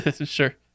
sure